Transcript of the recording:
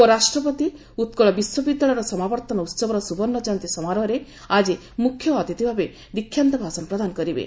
ଉପରାଷ୍ଟ୍ରପତି ଉତ୍କଳ ବିଶ୍ୱବିଦ୍ୟାଳୟର ସମାବର୍ତ୍ତନ ଉହବର ସୁବର୍ଣ୍ଣ ଜୟନ୍ତୀ ସମାରୋହରେ ଆଜି ମୁଖ୍ୟ ଅତିଥି ଭାବେ ଦୀକ୍ଷାନ୍ତ ଭାଷଣ ପ୍ରଦାନ କରିବେ